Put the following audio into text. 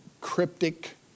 cryptic